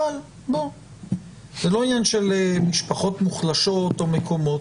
אבל זה לא עניין של משפחות מוחלשות או מקומות,